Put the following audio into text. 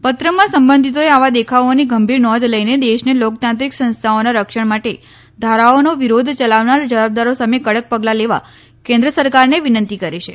પત્રમાં સંબંધિતોએ આવા દેખાવોની ગંભીર નોંધ લઇને દેશની લોકતાંત્રિક સંસ્થાઓના રક્ષણ માટે ધારાઓનો વિરોધ યલાવનાર જવાબદારો સામે કડક પગલા લેવા કેન્દ્ર સરકારને વિનંતી કરી છે